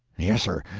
yes, sir,